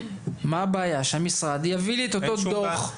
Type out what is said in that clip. מה הבעיה שהמשרד יביא לי את אותו דו"ח?